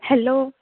hello